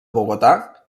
bogotà